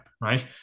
right